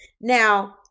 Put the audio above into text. Now